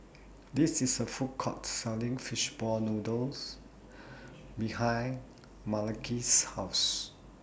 There IS A Food Court Selling Fishball Noodle behind Malaki's House